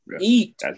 Eat